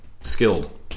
Skilled